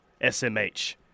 SMH